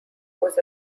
was